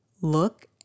look